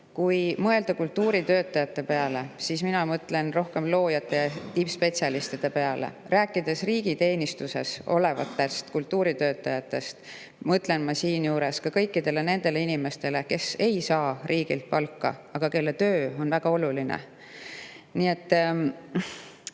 Kui mõelda kultuuritöötajate peale, siis mina mõtlen rohkem loojate ja tippspetsialistide peale. Rääkides riigiteenistuses olevatest kultuuritöötajatest, mõtlen ma siinjuures ka kõikidele nendele inimestele, kes ei saa riigilt palka, aga kelle töö on väga oluline. Nii et